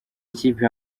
ikipe